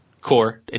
Core